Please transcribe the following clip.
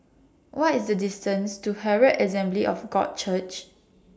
What IS The distance to Herald Assembly of God Church